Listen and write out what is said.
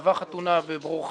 שקבע חתונה בברור חיל?